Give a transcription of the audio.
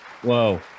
Whoa